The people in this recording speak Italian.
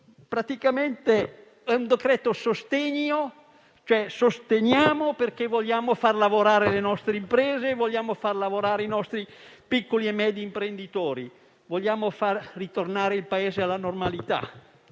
Praticamente, è un decreto sostegno, nel senso che sosteniamo perché vogliamo far lavorare le nostre imprese, vogliamo far lavorare i nostri piccoli e medi imprenditori e vogliamo far ritornare il Paese alla normalità